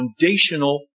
foundational